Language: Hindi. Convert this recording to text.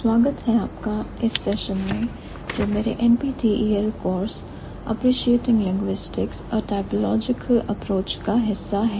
स्वागत है आपका इस सेशन में जो मेरे NPTEL और Appreciating Linguistics A Typological Approach का हिस्सा है